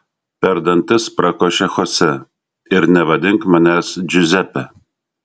per dantis prakošė chose ir nevadink manęs džiuzepe